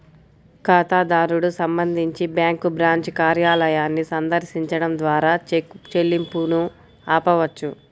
ఖాతాదారుడు సంబంధించి bank branch కార్యాలయాన్ని సందర్శించడం ద్వారా చెక్ చెల్లింపును ఆపవచ్చు